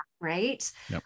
right